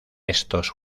estos